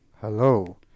Hello